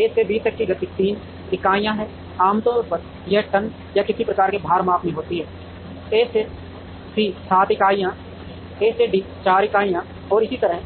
A से B तक की गति 3 इकाइयाँ है आमतौर पर यह टन या किसी प्रकार के भार माप में होती है A से C 7 इकाइयाँ A से D 4 इकाइयाँ हैं और इसी तरह